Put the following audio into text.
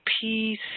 peace